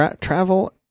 Travel